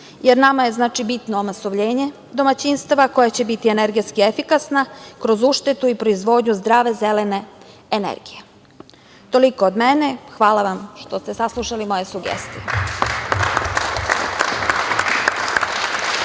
Nama je bitno omasovljenje domaćinstava koja će biti energetski efikasna kroz uštedu i proizvodnju zdrave zelene energije. Toliko od mene. Hvala vam što ste saslušali moje sugestije.